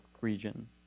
region